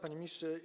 Panie Ministrze!